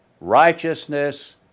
Righteousness